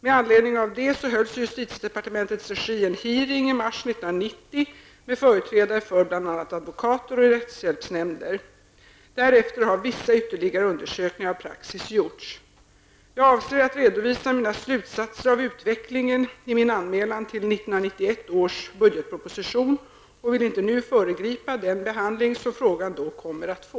Med anledning av detta hölls i justitiedepartementets regi en hearing i mars 1990 med företrädare för bl.a. advokater och rättshjälpsnämnder. Därefter har vissa ytterligare undersökningar av praxis gjorts. Jag avser att redovisa mina slutsatser av utvecklingen i min anmälan till 1991 års budgetproposition och vill inte nu föregripa den behandling som frågan då kommer att få.